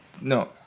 No